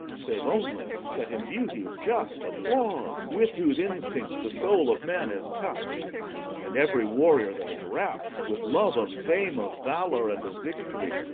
save only that in beauty's just applause, with whose instinct the soul of man is touch'd and every warrior that is rapt with love of fame, of valour, and of victory,